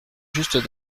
just